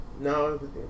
No